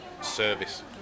service